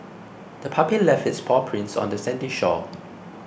the puppy left its paw prints on the sandy shore